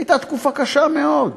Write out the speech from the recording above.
הייתה תקופה קשה מאוד.